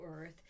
Earth